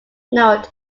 note